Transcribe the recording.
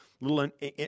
Little